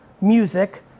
music